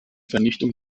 vernichtung